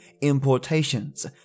importations